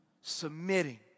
Submitting